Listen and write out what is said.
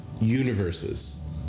universes